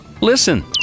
Listen